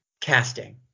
casting